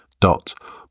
dot